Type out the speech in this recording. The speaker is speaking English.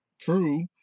true